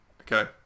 Okay